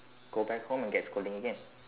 go back home and get scolding again